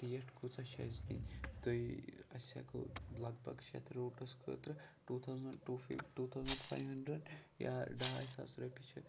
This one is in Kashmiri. ریٹ کۭژاہ چھِ اَسہِ دِنۍ تُہۍ اَسہِ ہٮ۪کو لَگ بَگ چھِ یَتھ روٗٹَس خٲطرٕ ٹوٗ تھَوزنٛڈ ٹوٗ فی ٹوٗ تھَوزنٛڈ فایِو ہٮ۪نٛڈرنٛڈ یا ڈاے ساس رۄپیہِ چھِ